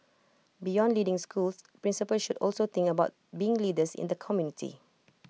beyond leading schools principals should also think about being leaders in the community